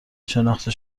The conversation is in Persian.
شناخته